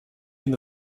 une